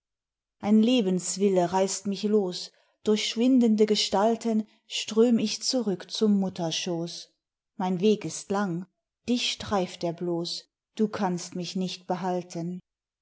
ein lebenswille reißt mich los durch schwindende gestalten ström ich zurück zum mutterschoß mein weg ist lang dich streift er bloß du kannst mich nicht behalten